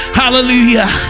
hallelujah